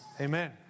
amen